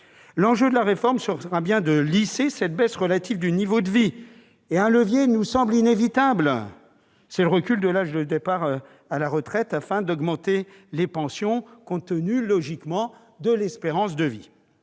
L'enjeu de la réforme sera bien de lisser cette baisse relative du niveau de vie. Pour cela, un levier nous semble inévitable : le recul de l'âge de départ à la retraite afin d'augmenter les pensions, compte tenu de l'espérance de vie.